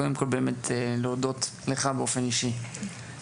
קודם כל באמת להודות לך באופן אישי,